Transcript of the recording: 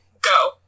go